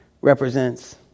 represents